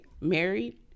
married